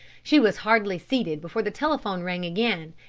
she was hardly seated before the telephone rang again,